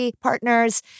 Partners